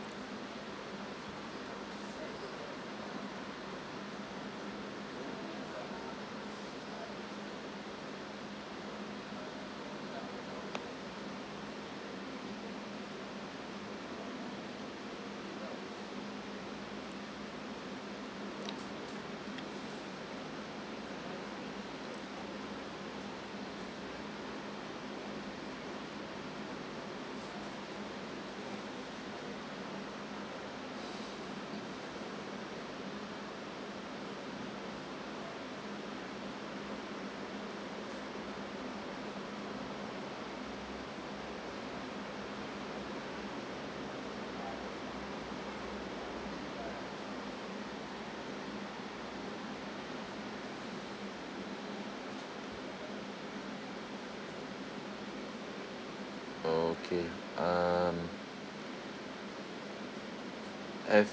okay um have